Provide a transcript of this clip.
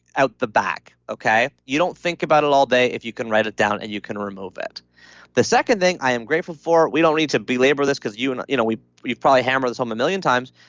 out the back okay? you don't think about it all day if you can write it down and you can remove it the second thing i am grateful for, we don't need to belabor this because and you know we you've probably hammered this home a million times.